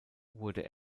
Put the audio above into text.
wurde